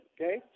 Okay